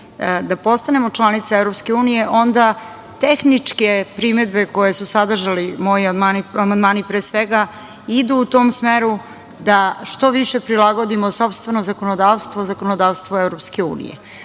da postanemo članica EU, onda tehničke primedbe koje su sadržali moji amandmani, pre svega, idu u tom smeru, da što više prilagodimo sopstveno zakonodavstvo zakonodavstvu EU.Pri